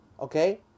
Okay